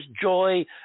joy